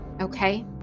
okay